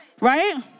right